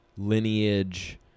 Lineage